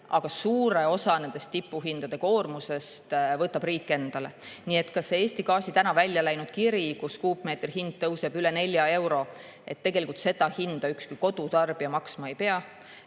aga suure osa nendest tipuhindade koormusest võtab riik endale. Nii et ka see Eesti Gaasi täna välja läinud kiri, et kuupmeetri hind tõuseb üle 4 euro – tegelikult seda hinda ükski kodutarbija maksma ei pea.